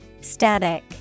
Static